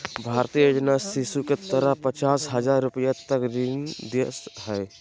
भारतीय योजना शिशु के तहत पचास हजार रूपया तक के ऋण दे हइ